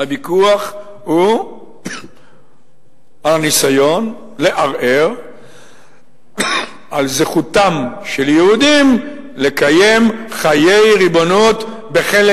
הוויכוח הוא על ניסיון לערער על זכותם של יהודים לקיים חיי ריבונות בחלק